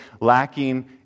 lacking